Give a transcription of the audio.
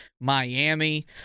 Miami